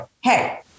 Hey